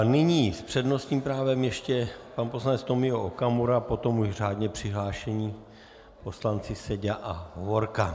Nyní s přednostním právem ještě pan poslanec Tomio Okamura, potom už řádně přihlášení poslanci Seďa a Hovorka.